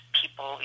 people